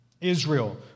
Israel